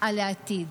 על העתיד,